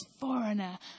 foreigner